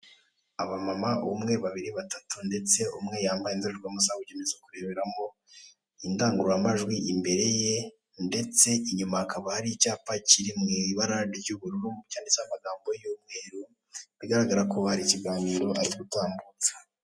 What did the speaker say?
Abamama umwe babiri batatu ndetse umwe yambaye indorerwamo zabugenewe zo kureberamo, indangururamajwi imbere ye ndetse inyuma hakaba hari icyapa kiri mu ibara ry'ubururu cyanditseho amagambo y'umweru bigaragara ko hari ikiganiro ari gutanga.